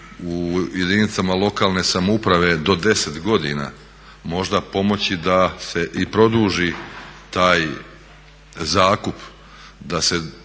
u jedinicama lokalne samouprave do 10 godina možda pomoći da se i produži taj zakup, da se